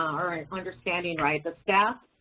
um or and understanding right, the staff,